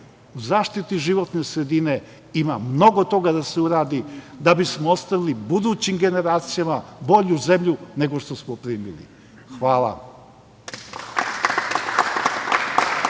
zaštiti životne sredine ima mnogo toga da se uradi da bismo ostavili budućim generacijama bolju zemlju nego što smo primili. Hvala.